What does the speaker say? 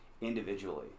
individually